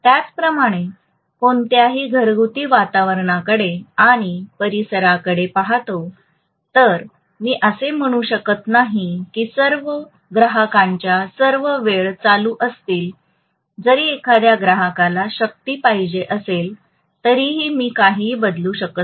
त्याचप्रमाणे कोणत्याही घरगुती वातावरणाकडे आणि परिसराकडे पाहतो तर मी असे म्हणू शकत नाही की सर्व ग्राहकाच्यां सर्व वेळ चालू असतील जरी एखाद्या ग्राहकाला शक्ती पाहिजे असेल तरिही मी काहीही बदलू शकत नाही